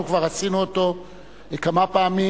אנחנו כבר עשינו אותו כמה פעמים,